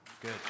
good